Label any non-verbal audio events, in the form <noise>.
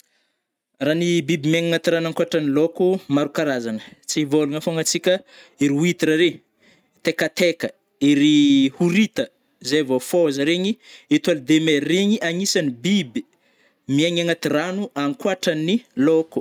Raha ny biby miaigny agnaty rano ankôtrany laoko maro karazany, tsy hivôlagna fogna antsika ery huitre regny, tekateka, ery <hesitation> horita zay vô fôza regny, étoile de mer regny agnisany biby miaigny agnaty rano ankoatran'ny laoko.